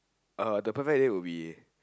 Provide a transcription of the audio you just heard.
uh the perfect date would be